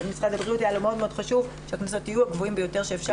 למשרד הבריאות היה מאוד מאוד חשוב שהקנסות יהיו הגבוהים ביותר שאפשר.